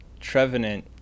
Trevenant